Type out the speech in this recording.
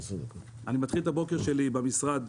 אני מתחיל את הבוקר שלי במשרד